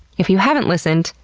if you haven't listened,